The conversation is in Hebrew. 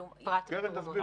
קרן תסביר.